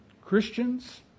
Christians